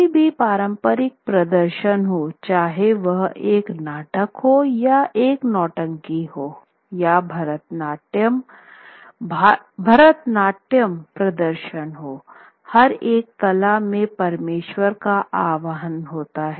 कोई भी पारंपरिक प्रदर्शन हो चाहे वह एक नाटक हो या एक नौटंकी हो या भरतनाट्यम प्रदर्शन हो हर एक कला में परमेश्वर का आवाहन होता है